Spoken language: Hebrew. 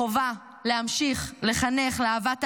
החובה להמשיך לחנך לאהבת האדם,